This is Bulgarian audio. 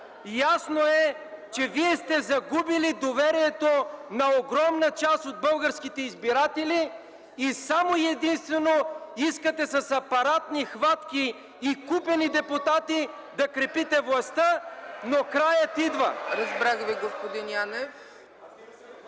Ясно е, че вие сте загубили доверието на огромна част от българските избиратели и само и единствено искате с апаратни хватки и купени депутати да крепите властта. (Викове от ГЕРБ: „Хайде,